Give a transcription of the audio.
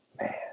Man